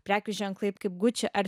prekių ženklai kaip gucci ar